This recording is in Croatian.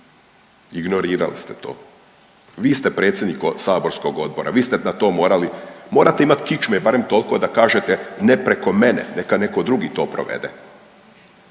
ignorirali ste to. Vi ste predsjednik saborskog odbora, vi ste na to morali, morate imati kičme barem toliko da kažete ne preko mene neka neko drugi to provede.